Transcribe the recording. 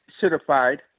certified